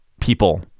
people